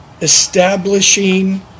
establishing